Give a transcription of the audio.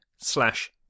slash